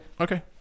Okay